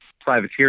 privateer